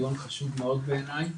דיון חשוב מאוד בעיניי.